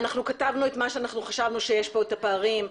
אנחנו כתבנו את מה שאנחנו חשבנו שיש בו את הפערים,